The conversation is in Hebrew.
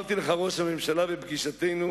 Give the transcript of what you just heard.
אמרתי לך, ראש הממשלה, בפגישתנו,